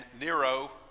Nero